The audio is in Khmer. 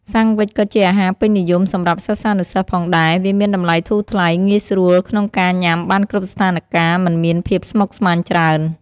សាំងវ៉ិចក៏ជាអាហាពេញនិយមសម្រាប់សិស្សានុសិស្សផងដែរ វាមានតម្លៃធូរថ្លៃ ងាយស្រួលក្នុងការញាំបានគ្រប់ស្ថានការណ៍មិនមានភាពស្មុគស្មាញច្រើន។